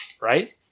right